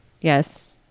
Yes